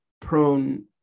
prone